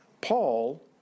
Paul